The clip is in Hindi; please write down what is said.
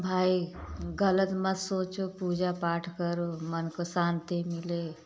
भाई गलत मत सोचो पूजा पाठ करो मन को शांति मिले